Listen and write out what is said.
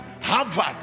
Harvard